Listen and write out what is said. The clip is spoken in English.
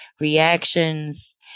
reactions